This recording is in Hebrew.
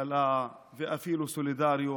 הכלה ואפילו סולידריות.